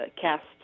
cast